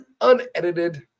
unedited